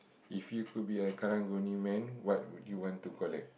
if you could be a Karang-Guni man what would you want to collect